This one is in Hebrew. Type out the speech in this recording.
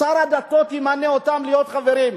שר הדתות ימנה אותם להיות חברים?